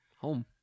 home